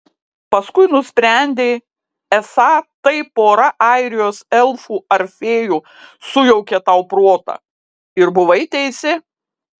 paskui nusprendei esą tai pora airijos elfų ar fėjų sujaukė tau protą ir buvai teisi